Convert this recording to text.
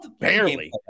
barely